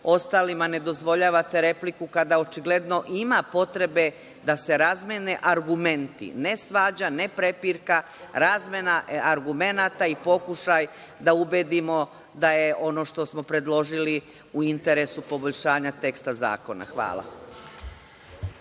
ostalima ne dozvoljavate repliku, kada očigledno ima potrebe da se razmene argumenti – ne svađa, ne prepirka, ne razmena argumenata i pokušaj da ubedimo da je ono što smo predložili u interesu poboljšanja teksta zakona. Hvala.